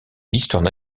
l’histoire